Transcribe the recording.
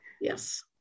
Yes